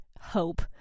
hope